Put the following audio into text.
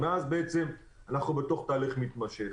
מאז אנחנו בתהליך מתמשך.